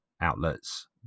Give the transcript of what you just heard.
outlets